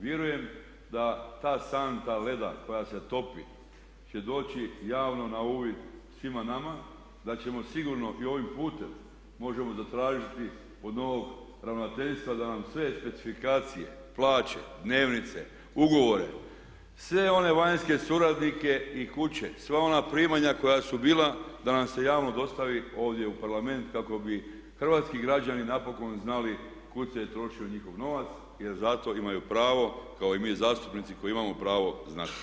Vjerujem da ta santa leda koja se topi će doći javno na uvid svima nama, da ćemo sigurno i ovim putem, možemo zatražiti od novog ravnateljstva da nam sve specifikacije, plaće, dnevnice, ugovore, sve one vanjske suradnike i kuće, sva ona primanja koja su bila da nam se javno dostavi ovdje u parlament kako bi hrvatski građani napokon znali kud se je trošio njihov novac jer zato imaju pravo kao i mi zastupnici koji imamo pravo znati.